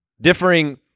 differing